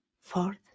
fourth